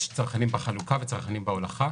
יש צרכנים בהולכה וצרכנים בחלוקה.